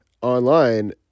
online